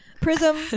Prism